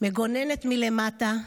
מגוננת מלמטה.